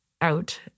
out